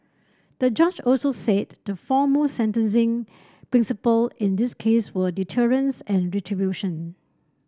the judge also said the foremost sentencing principle in this case were deterrence and retribution